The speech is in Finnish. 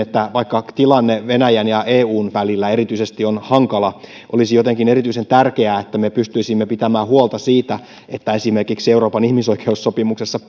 vaikka tilanne erityisesti venäjän ja eun välillä on hankala olisi jotenkin erityisen tärkeää että me pystyisimme pitämään huolta siitä että esimerkiksi euroopan ihmisoikeussopimuksessa